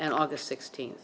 and august sixteenth